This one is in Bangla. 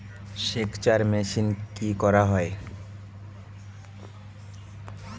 সেকচার মেশিন কি করা হয়?